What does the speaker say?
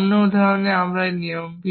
অন্য উদাহরণে আমরা